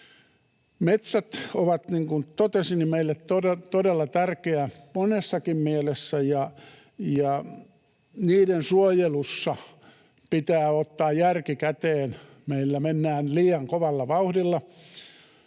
Metsät ovat, niin kuin totesin, meille todella tärkeitä monessakin mielessä, ja niiden suojelussa pitää ottaa järki käteen. Meillä mennään liian kovalla vauhdilla.